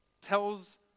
tells